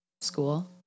school